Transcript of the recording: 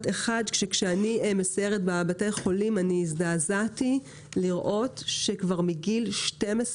כשאני מסיירת בבתי החולים אני מזדעזעת לראות שכבר מגיל 12